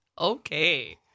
Okay